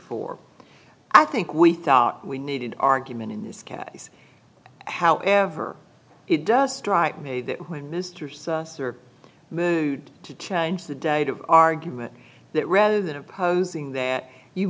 for i think we thought we needed argument in this case however it does strike me that when mr susser mood to change the date of argument that rather than opposing that you